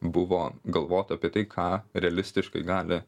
buvo galvota apie tai ką realistiškai gali